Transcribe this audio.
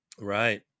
Right